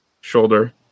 shoulder